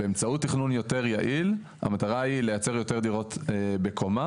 באמצעות תכנון יותר יעיל המטרה היא לייצר יותר דירות בקומה,